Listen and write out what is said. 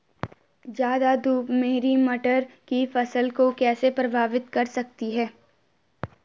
ज़्यादा धूप मेरी मटर की फसल को कैसे प्रभावित कर सकती है?